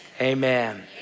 Amen